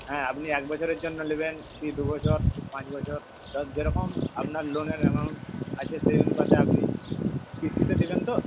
হ্যাঁ আপনি এক বছরের জন্য নেবেন কি দুবছর কি পাঁচ বছর তো যেরকম আপনার লোনের অ্যামাউন্ট আছে সেই অনুপাতে আপনি কিস্তিতে দিবেন তো